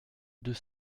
deux